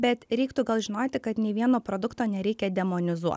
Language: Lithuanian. bet reiktų gal žinoti kad nei vieno produkto nereikia demonizuot